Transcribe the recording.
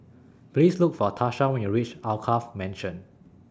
Please Look For Tarsha when YOU REACH Alkaff Mansion